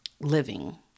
living